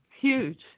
huge